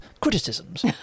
criticisms